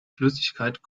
flüssigkeit